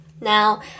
Now